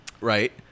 right